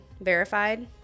verified